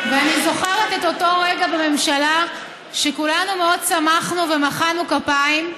אני זוכרת את אותו רגע בממשלה שכולנו מאוד שמחנו ומחאנו כפיים.